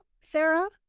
Sarah